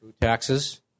taxes